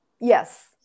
Yes